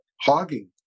hogging